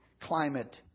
climate